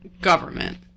government